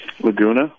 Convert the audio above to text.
Laguna